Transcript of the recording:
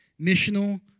missional